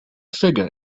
figure